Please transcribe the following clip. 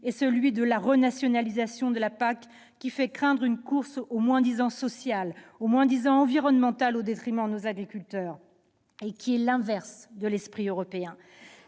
est celui de la renationalisation de la PAC, qui fait craindre une course au moins-disant social et environnemental au détriment de nos agriculteurs, et qui est l'inverse de l'esprit européen.